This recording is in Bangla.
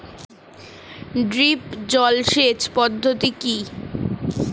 ড্রিপ জল সেচ পদ্ধতি কি?